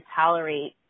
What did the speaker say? tolerate